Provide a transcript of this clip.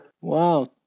Wow